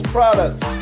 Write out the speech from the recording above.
Products